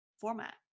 format